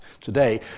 today